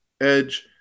Edge